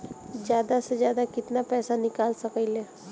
जादा से जादा कितना पैसा निकाल सकईले?